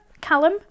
Callum